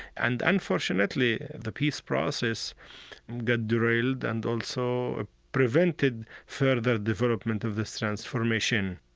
and, unfortunately, the peace process got derailed and also ah prevented further development of this transformation